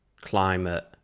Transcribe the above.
climate